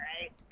right